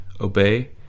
obey